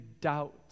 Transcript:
doubt